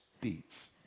deeds